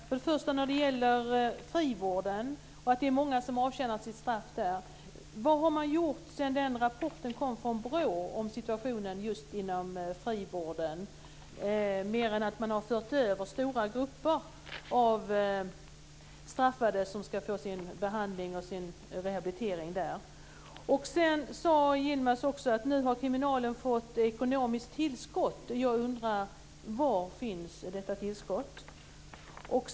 Fru talman! Jag har en annan fråga till Yilmaz. Det är många som avtjänar sitt straff inom frivården. Vad har man gjort sedan BRÅ:s rapport kom om situationen just inom frivården, mer än att föra över stora grupper av straffade som ska få sin behandling och sin rehabilitering där? Yilmaz sade också att kriminalvården nu hade fått ett ekonomiskt tillskott. Jag undrar: Var finns detta tillskott?